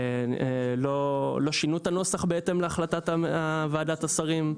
לא שינו את הנוסח בהתאם להחלטת ועדת השרים.